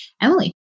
Emily